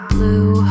Blue